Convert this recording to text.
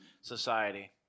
society